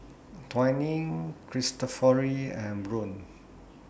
Twinings Cristofori and Braun